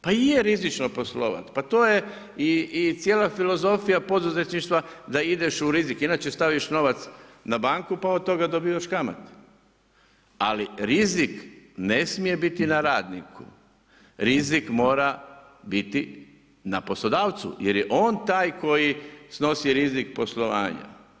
Pa i je rizično poslovat, pa to je i cijela filozofija poduzetništva da ideš u rizik, inače staviš novac na banku pa od toga dobivaš kamate, ali rizik ne smije biti na radniku, rizik mora biti na poslodavcu jer je on taj koji snosi rizik poslovanja.